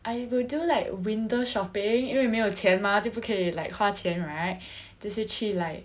I will do like window shopping 因为没有钱 mah 就不可以 like 花钱 right 就是去 like